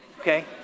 okay